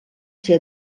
ser